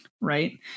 Right